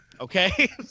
okay